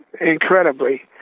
Incredibly